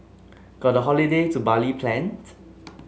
got a holiday to Bali planned